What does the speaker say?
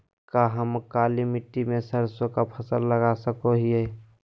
का हम काली मिट्टी में सरसों के फसल लगा सको हीयय?